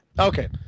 Okay